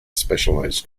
specialized